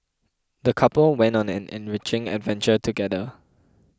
the couple went on an enriching adventure together